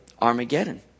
Armageddon